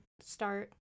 start